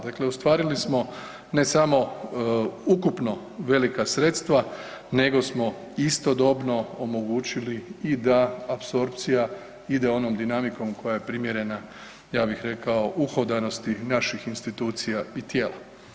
Dakle, ostvarili smo ne samo ukupno velika sredstva nego smo istodobno omogućili i da apsorpcija ide onom dinamikom koja je primjerena ja bih rekao uhodanosti naših institucija i tijela.